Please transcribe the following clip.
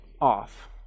off